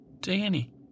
Danny